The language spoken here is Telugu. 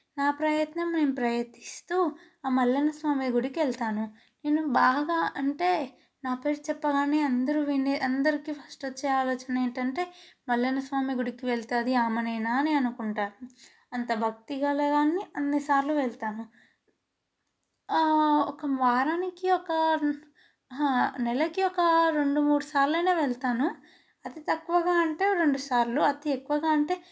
నా ప్రయత్నం నేను ప్రయత్నిస్తూ ఆ మల్లన్న స్వామి గుడికి వెళతాను నేను బాగా అంటే నా పేరు చెప్పగానే అందరూ విని అందరికీ ఫస్ట్ వచ్చే ఆలోచన ఏంటంటే మల్లన్న స్వామి గుడికి వెళుతుంది ఆమెనేనా అనుకుంటారు అంత భక్తి కలదాన్ని అన్నిసార్లు వెళతాను ఒక వారానికి ఒక నెలకి ఒక రెండు మూడుసార్లు అయినా వెళతాను అతి తక్కువగా అంటే రెండుసార్లు అతి ఎక్కువగా అంటే